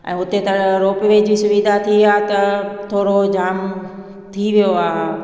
ऐं हुते तर रोपवे जी सुविधा थी विया त थोरो जाम थी वियो आहे